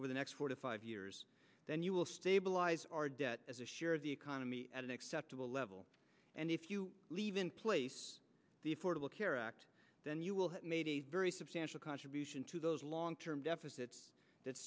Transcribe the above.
over the next four to five years then you will stabilize our debt as a share of the economy at an acceptable level and if you leave in place the affordable care act then you will have made a very substantial contribution to those long term deficits that